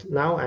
now